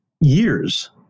years